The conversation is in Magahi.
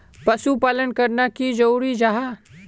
पशुपालन करना की जरूरी जाहा?